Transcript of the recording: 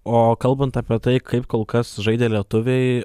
o kalbant apie tai kaip kol kas žaidė lietuviai